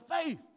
faith